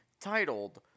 titled